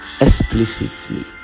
explicitly